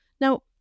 Now